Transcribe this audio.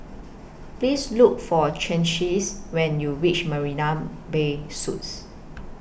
Please Look For Chauncey when YOU REACH Marina Bay Suites